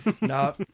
No